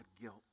guilt